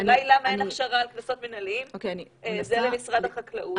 השאלה למה אין הכשרה על קנסות מנהליים זה למשרד החקלאות.